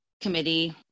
Committee